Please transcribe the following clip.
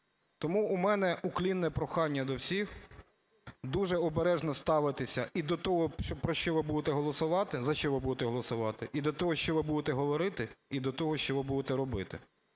Тому в мене уклінне прохання до всіх – дуже обережно ставитися і до того, про що ви будете голосувати, за що ви будете голосувати, і до того, що ви будете говорити, і до того, що ви будете робити.